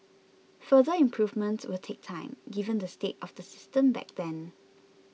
further improvements will take time given the state of the system back then